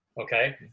Okay